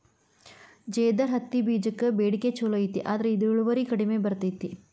ಜೇದರ್ ಹತ್ತಿಬೇಜಕ್ಕ ಬೇಡಿಕೆ ಚುಲೋ ಐತಿ ಆದ್ರ ಇದು ಇಳುವರಿ ಕಡಿಮೆ ಬರ್ತೈತಿ